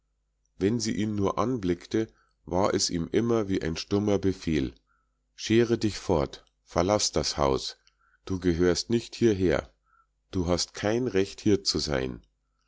wenn sie ihn nur anblickte war es ihm immer wie ein stummer befehl schere dich fort verlaß das haus du gehörst nicht hierher du hast kein recht hier zu sein